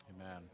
Amen